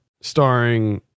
starring